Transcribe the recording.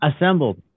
assembled